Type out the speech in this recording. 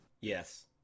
Yes